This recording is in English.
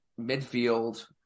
midfield